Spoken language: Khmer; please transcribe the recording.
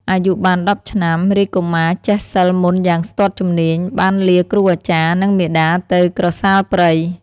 អាយុបាន១០ឆ្នាំ រាជកុមារចេះសិល្ប៍មន្តយ៉ាងស្ទាត់ជំនាញបានលាគ្រូអាចារ្យ និងមាតាទៅក្រសាលព្រៃ។